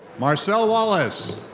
marcel wallace.